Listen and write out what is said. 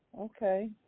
Okay